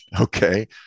okay